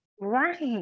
Right